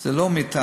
זה לא מיטה.